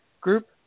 group